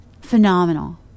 phenomenal